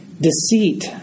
Deceit